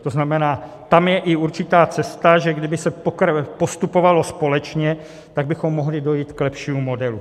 To znamená, tam je i určitá cesta, že kdyby se postupovalo společně, tak bychom mohli dojít k lepšímu modelu.